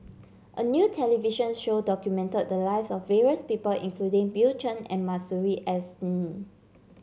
a new television show documented the lives of various people including Bill Chen and Masuri S N